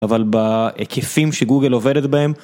אבל ב...היקפים שגוגל עובדת בהם,